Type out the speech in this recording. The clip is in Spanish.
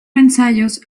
ensayos